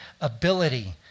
ability